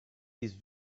these